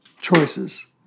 choices